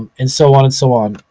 and and so on and so on.